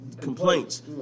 complaints